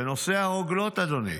בנושא הרוגלות, אדוני,